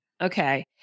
Okay